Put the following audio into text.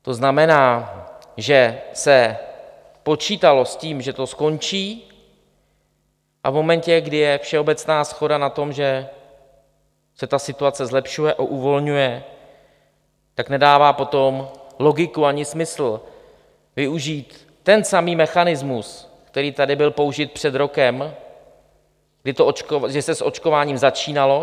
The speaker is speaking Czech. To znamená, že se počítalo s tím, že to skončí, a v momentě, kdy je všeobecná shoda na tom, že se situace zlepšuje a uvolňuje, tak nedává potom logiku ani smysl využít ten samý mechanismus, který tady byl použit před rokem, kdy se s očkováním začínalo.